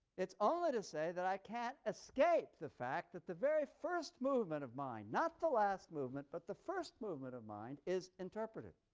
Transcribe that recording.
it's only to say that i can't escape the fact that the very first movement of mind, not the last movement but the first movement of mind, is interpretative.